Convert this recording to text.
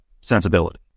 sensibility